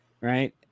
Right